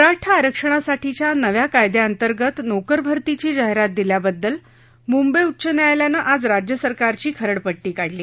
मराठा आरक्षणासाठीच्या नव्या कायद्याअंतर्गत नोकरभर्तीची जाहीरात दिल्याबद्दल मुंबई उच्च न्यायालयानं आज राज्य सरकारची खरडपट्टी काढली